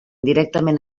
directament